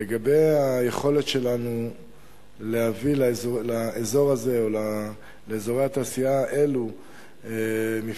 לגבי היכולת שלנו להביא לאזור הזה או לאזורי התעשייה האלה מפעלים,